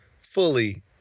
fully